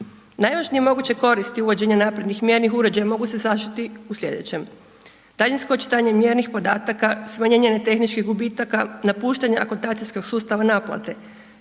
Najvažnije moguće koristi uvođenja naprednih mjernih uređaja mogu se .../Govornik se ne razumije./... u sljedećem. Daljinsko očitanje mjernih podataka, smanjenje ne tehničkih gubitaka, napuštanje akontacijskog sustava naplate,